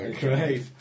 great